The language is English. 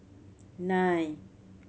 nine